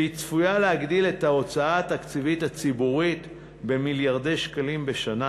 וצפוי שהיא תגדיל את ההוצאה התקציבית הציבורית במיליארדי שקלים בשנה